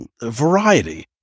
variety